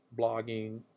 blogging